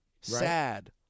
sad